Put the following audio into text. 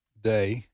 day